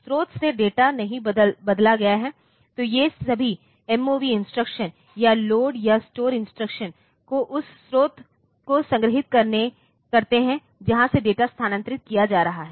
स्रोत में डेटा नहीं बदला गया है तो ये सभी MOV इंस्ट्रक्शन या लोड या स्टोर इंस्ट्रक्शन को उस स्रोत को संग्रहीत करते हैं जहां से डेटा स्थानांतरित किया जा रहा है